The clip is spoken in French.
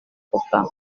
copain